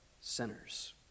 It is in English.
sinners